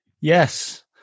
Yes